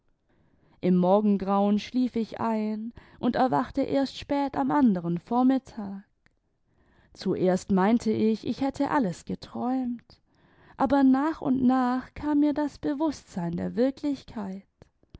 im morgengrauen schlief ich ein und erwachte erst spät am anderen vormittag zuerst meinte ich ich hätte alles geträumt aber nach und nach kam mir das bewußtsein der wirklichkeit